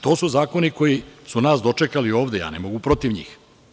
To su zakoni koji su nas dočekali ovde, ja ne mogu protiv njih.